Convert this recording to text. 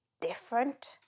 different